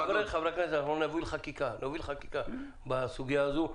חברי הכנסת, אנחנו נוביל חקיקה בסוגיה הזאת.